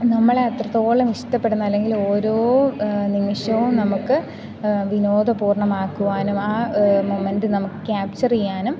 നമ്മളെ അത്രത്തോളം ഇഷ്ടപ്പെടുന്ന അല്ലെങ്കിൽ ഓരോ നിമിഷവും നമുക്ക് വിനോദപൂർണ്ണമാക്കുവാനും ആ മൊമൻ്റ് നമുക്ക് ക്യാപ്ചർ ചെയ്യാനും